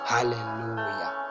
Hallelujah